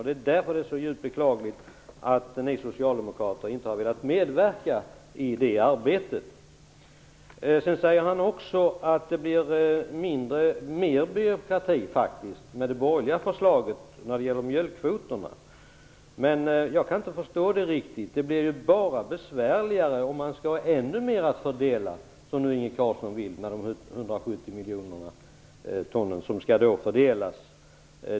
Därför är det så djupt beklagligt att ni socialdemokrater inte har velat medverka i det arbetet. Sedan säger Inge Carlsson också att det blir mer byråkrati med det borgerliga förslaget när det gäller mjölkkvoterna. Jag kan inte förstå det riktigt. Det blir ju bara besvärligare om man skall ha ännu mer att fördela, som Inge Carlsson vill med 170 miljoner ton som skall fördelas.